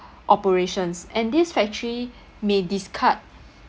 operations and this factory may discard